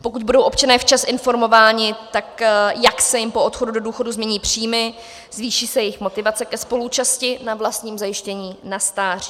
Pokud budou občané včas informováni, jak se jim po odchodu do důchodu změní příjmy, zvýší se jejich motivace ke spoluúčasti na vlastním zajištění na stáří.